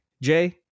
Jay